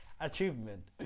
achievement